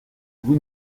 vous